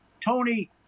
Tony